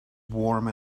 warm